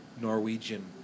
Norwegian